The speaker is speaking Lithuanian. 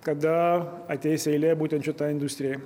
kada ateis eilė būtent šitai industrijai